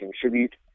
contribute